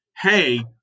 hey